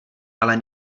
ale